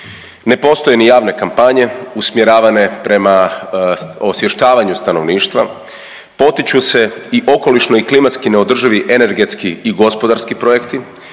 ne postoje ni javne kampanje usmjeravanje prema osvještavanju stanovništva, potiču se i okolišno i klimatski neodrživi energetski i gospodarski projekti,